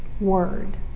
word